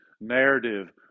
narrative